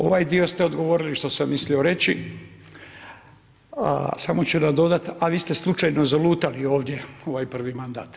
Ovaj dio ste odgovorili što sam mislio reći, a samo ću nadodati, a vi ste slučajno zalutali ovdje u ovaj prvi mandat.